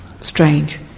Strange